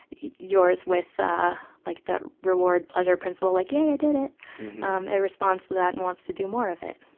yours with ah like the reward pleasure principle, like, yay i did it. um it responds to that and wants to do more of it.